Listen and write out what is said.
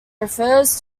refers